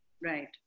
Right